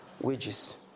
Wages